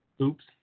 Oops